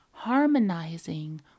harmonizing